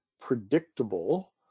predictable